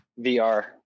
vr